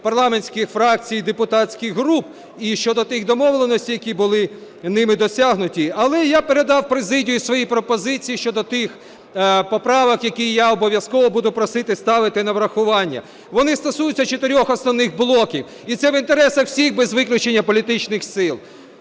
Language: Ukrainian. парламентських фракцій і депутатських груп, і щодо тих домовленостей, які були ними досягнуті, але я передав в президію свої пропозиції щодо тих поправок, які я обов'язково буду просити ставити на врахування. Вони стосуються чотирьох основних блоків. І це в інтересах всіх без виключення політичних сил.